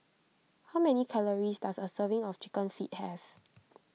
how many calories does a serving of Chicken Feet have